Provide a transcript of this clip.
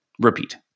Repeat